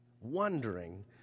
Wondering